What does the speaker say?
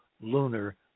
lunar